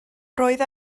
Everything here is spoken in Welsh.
roedd